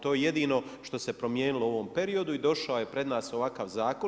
To je jedino što se promijenilo u ovom periodu i došao je pred nas ovakav zakon.